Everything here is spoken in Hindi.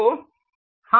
तो QP